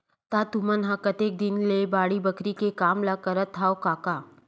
त तुमन ह कतेक दिन ले बाड़ी बखरी के काम ल करत हँव कका?